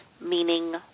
meaning